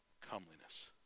comeliness